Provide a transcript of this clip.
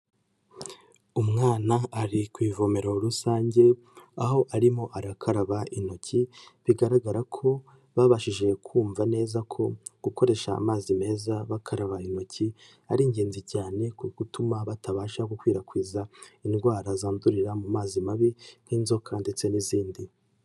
Umwana ari ku ivomero rusange aho arimo arakaraba intoki bigaragara ko babashije kumva neza ko gukoresha amazi meza bakaraba intoki, ari ingenzi cyane ku gutuma batabasha gukwirakwiza indwara zandurira mu mazi mabi nk'inzoka ndetse n'izindi.